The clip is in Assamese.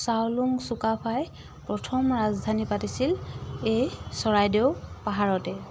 চাউলুং চুকাাফাই প্ৰথম ৰাজধানী পাতিছিল এই চৰাইদেউ পাহাৰতে